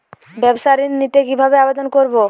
ব্যাবসা ঋণ নিতে কিভাবে আবেদন করব?